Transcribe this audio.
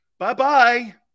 Bye-bye